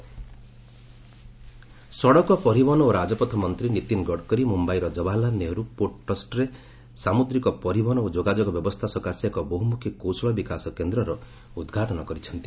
shipping MSDC ସଡ଼କ ପରିବହନ ଓ ରାଜପଥ ମନ୍ତ୍ରୀ ନୀତିନ ଗଡ଼କରୀ ମ୍ରମ୍ଘାଇର ଜବାହରଲାଲ୍ ନେହେରୁ ପୋର୍ଟ ଟ୍ରଷ୍ଟରେ ସାମୁଦ୍ରିକ ପରିବହନ ଓ ଯୋଗାଯୋଗ ବ୍ୟବସ୍ଥା ସକାଶେ ଏକ ବହ୍ତମ୍ରଖୀ କୌଶଳ ବିକାଶ କେନ୍ଦର ଉଦ୍ଘାଟନ କରିଛନ୍ତି